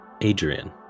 Adrian